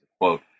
quote